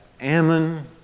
Ammon